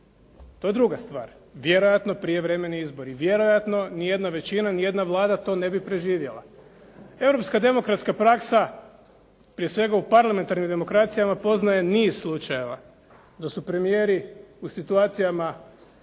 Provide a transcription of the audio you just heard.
to je druga stvar. Vjerojatno prijevremeni izbori. Vjerojatno, ni jedna većina, ni jedna Vlada to ne bi preživjela. Europska demokratska praksa prije svega u parlamentarnim demokracijama poznaje niz slučajeva da su premijeri u situacijama